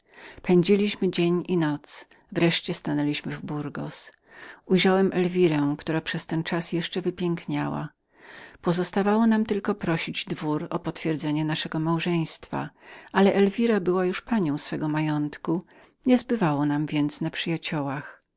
pędziliśmy dzień i noc wreszcie stanęliśmy w burgos ujrzałem elwirę która przez ten czas jeszcze wypiękniała pozostawało nam tylko proszenie dworu o potwierdzenie naszego małżeństwa ale elwira była już panią swego majątku nie zbywało nam więc na przyjaciołach